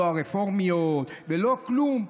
לא הרפורמיות ולא כלום.